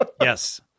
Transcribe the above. Yes